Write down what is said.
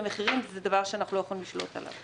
למחירים זה דבר שאנחנו לא יכולים לשלוט עליו.